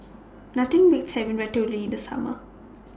Nothing Beats having Ratatouille in The Summer